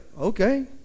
okay